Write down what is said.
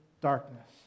darkness